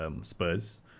Spurs